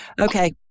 Okay